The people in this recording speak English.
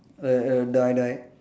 err err die die